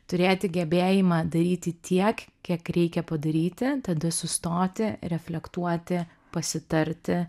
turėti gebėjimą daryti tiek kiek reikia padaryti tada sustoti reflektuoti pasitarti